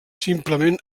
simplement